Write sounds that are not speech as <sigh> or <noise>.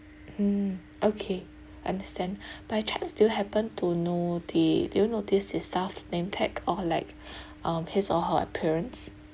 mm okay understand <breath> by chance do you happen to know the do you notice the staff's name tag or like <breath> um his or her appearance